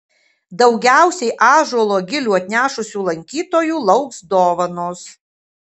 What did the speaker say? daugiausiai ąžuolo gilių atnešusių lankytojų lauks dovanos